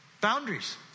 Boundaries